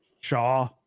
Shaw